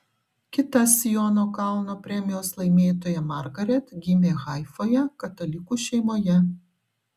kita siono kalno premijos laimėtoja margaret gimė haifoje katalikų šeimoje